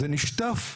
זה נשטף.